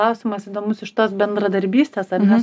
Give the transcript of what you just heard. klausimas įdomus iš tos bendradarbystės ar ne